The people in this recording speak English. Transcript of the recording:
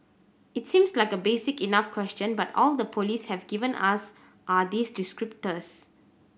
it seems like a basic enough question but all the police have given us are these descriptors